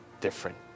different